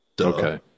Okay